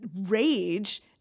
rage